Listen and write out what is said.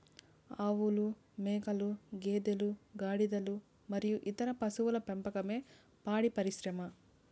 ఆవులు, మేకలు, గేదెలు, గాడిదలు మరియు ఇతర పశువుల పెంపకమే పాడి పరిశ్రమ